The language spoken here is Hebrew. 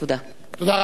תודה.